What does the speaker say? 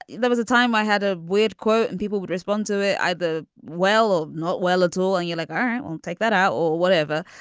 there was a time i had a weird quote and people would respond to it either well not well at all and you like i won't take that out or whatever.